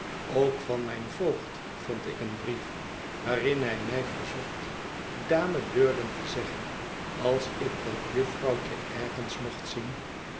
ook van mijn voogd vond ik een brief waarin hij mij verzocht dame durden te zeggen als ik dat jufvrouwtje ergens mocht zien